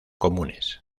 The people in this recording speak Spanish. comunes